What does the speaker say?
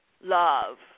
love